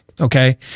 Okay